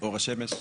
אור השמש.